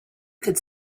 could